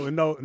no